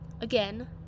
again